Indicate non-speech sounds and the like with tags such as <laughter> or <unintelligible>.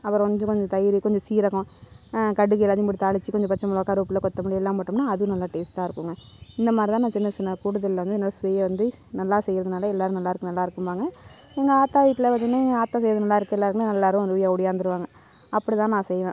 அப்புறம் கொஞ்சமாக இந்த தயிர் கொஞ்சம் சீரகம் கடுகு எல்லாத்தையும் போட்டு தாளிச்சு கொஞ்சம் பச்சை மிளகாய் கருவேப்பிலை கொத்தமல்லியெல்லாம் போட்டும்னால் அதுவும் நல்லா டேஸ்ட்டாயிருக்குங்க இந்த மாதிரி தான் நான் சின்ன சின்ன கூடுதலில் வந்து என்னோட சுவையை வந்து நல்லா செய்கிறதுனால எல்லாேரும் நல்லாயிருக்கு நல்லாயிருக்கும்பாங்க எங்கள் ஆத்தா வீட்டில் பார்த்திங்கனா எங்கள் ஆத்தா செய்வது நல்லாயிருக்கும் எல்லாேருக்குமே <unintelligible> எல்லாேரும் ஓடிவந்துருவாங்க அப்படித்தான் நான் செய்வேன்